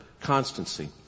Constancy